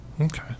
Okay